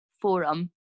forum